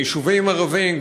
יישובים ערביים,